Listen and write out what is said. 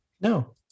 no